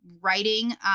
writing